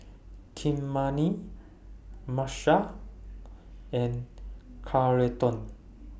Kymani Marshal and Carleton